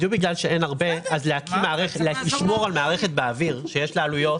בדיוק בגלל שאין הרבה אז לשמור על מערכת באוויר שיש לה עלויות,